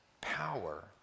power